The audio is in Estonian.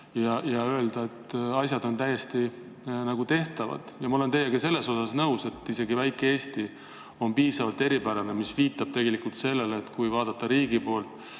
rakendada, asjad on täiesti tehtavad. Aga ma olen teiega selles osas nõus, et isegi väike Eesti on piisavalt eripärane. See viitab tegelikult sellele, et kui vaadata riigi poolt,